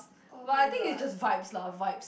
but I think it's just vibes lah vibes